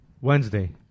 Wednesday